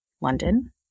London